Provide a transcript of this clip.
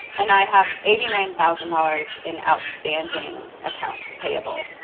and i have eighty nine thousand dollars in outstanding accounts payable.